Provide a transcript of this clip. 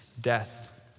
death